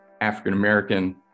African-American